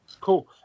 cool